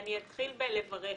אני אתחיל בלברך.